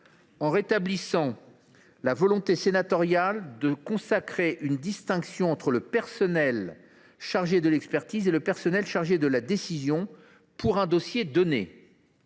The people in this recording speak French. en rétablissant la volonté sénatoriale de consacrer une distinction entre le personnel chargé de l’expertise et celui chargé de la décision pour un dossier donné.